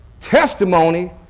Testimony